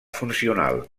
funcional